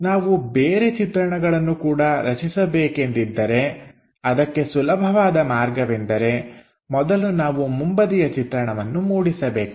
ನಾವು ಬೇರೆ ಚಿತ್ರಣಗಳನ್ನು ಕೂಡ ರಚಿಸಬೇಕೆಂದಿದ್ದರೆಅದಕ್ಕೆ ಸುಲಭವಾದ ಮಾರ್ಗವೆಂದರೆ ಮೊದಲು ನಾವು ಮುಂಬದಿಯ ಚಿತ್ರಣವನ್ನು ಮೂಡಿಸಬೇಕು